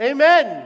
Amen